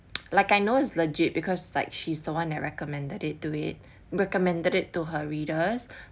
like I know it's legit because like she's the one that recommended it to it recommended it to her readers